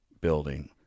building